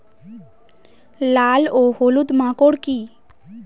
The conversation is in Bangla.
লাল ও হলুদ মাকর কী?